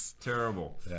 terrible